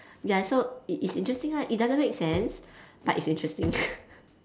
ya so it is interesting right it doesn't make sense but it is interesting